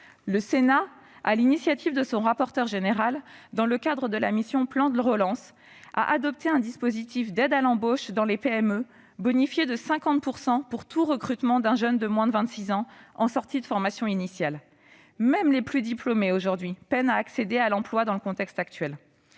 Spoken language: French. Sur l'initiative de son rapporteur général, dans le cadre de la mission « Plan de relance », le Sénat a adopté un dispositif d'aide à l'embauche dans les PME, bonifié de 50 % pour tout recrutement d'un jeune de moins de vingt-six ans en sortie de formation initiale. Même les plus diplômés peinent à accéder à l'emploi dans le contexte actuel.